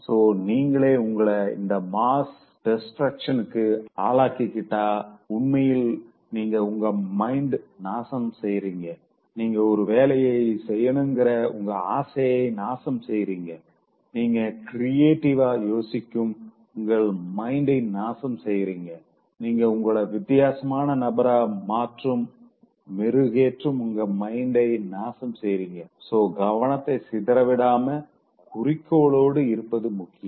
so நீங்களே உங்கள இந்த மாஸ் டிஸ்டிரேக்சனுக்கு ஆலாக்கி கிட்ட உண்மையில் நீங்க உங்க மைண்ட நாசம் செய்றீங்க நீங்க ஒரு வேலைய செய்யனுங்கற உங்க ஆசைய நாசம் செய்றீங்க நீங்க க்ரியேட்டிவா யோசிக்கும் உங்க மைண்ட நாசம் செய்யறீங்க நீங்க உங்கள வித்தியாசமான நபரா மாற்றும் மெருகேற்றும் உங்க மைண்ட நாசம் செய்கிறீங்க சோ கவனத்த சிதறவிடாம குறிக்கோளோட இருப்பது முக்கியம்